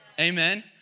amen